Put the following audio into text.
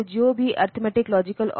तो INR increment register है